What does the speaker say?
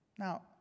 Now